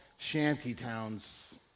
shantytowns